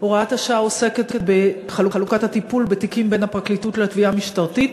הוראת שעה) (חלוקת הטיפול בחומר חקירה בין הפרקליטות לתביעה המשטרתית),